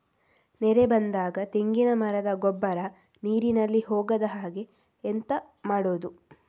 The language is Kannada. ನೆರೆ ಬಂದಾಗ ತೆಂಗಿನ ಮರದ ಗೊಬ್ಬರ ನೀರಿನಲ್ಲಿ ಹೋಗದ ಹಾಗೆ ಎಂತ ಮಾಡೋದು?